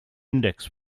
index